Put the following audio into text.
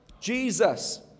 Jesus